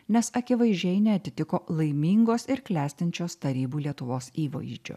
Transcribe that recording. nes akivaizdžiai neatitiko laimingos ir klestinčios tarybų lietuvos įvaizdžio